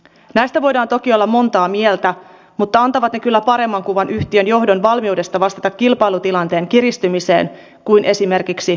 näistä voidaan toki olla montaa mieltä mutta antavat ne kyllä paremman kuvan yhtiön johdon valmiudesta vastata kilpailutilanteen kiristymiseen kuin esimerkiksi postin kohdalla